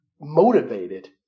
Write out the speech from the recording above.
motivated